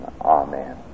Amen